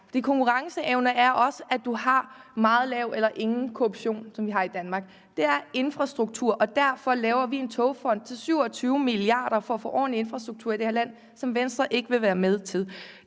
For konkurrenceevne er også, at man har meget lav eller ingen korruption, som vi har i Danmark. Det er også infrastruktur, og derfor laver vi en togfond til 27 mia. kr. for at få ordentlig infrastruktur i det her land, hvad Venstre ikke vil være med til.